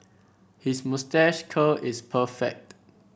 his moustache curl is perfect